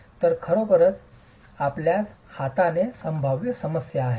तर खरोखरच आपल्यास हाताने संभाव्य समस्या आहे